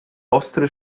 ostry